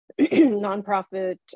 nonprofit